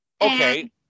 Okay